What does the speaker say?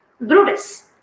Brutus